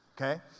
Okay